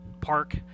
Park